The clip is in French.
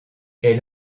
est